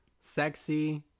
sexy